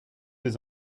des